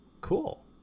cool